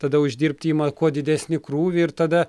tada uždirbt ima kuo didesnį krūvį ir tada